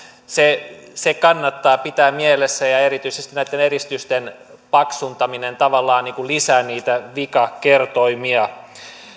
se se kannattaa pitää mielessä ja erityisesti näitten eristysten paksuntaminen tavallaan lisää niitä vikakertoimia